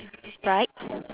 right